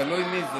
תלוי מי.